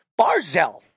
Barzell